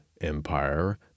empire